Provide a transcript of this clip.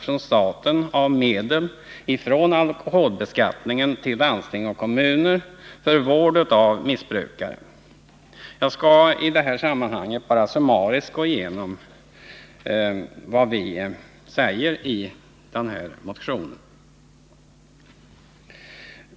Jag skall i det här sammanhanget bara summariskt gå igenom vad vi säger i motionerna.